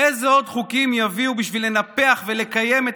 אילו עוד חוקים יביאו בשביל לנפח ולקיים את